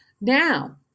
Now